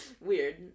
weird